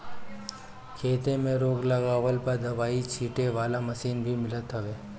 खेते में रोग लागला पअ दवाई छीटे वाला मशीन भी मिलत हवे